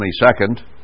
22nd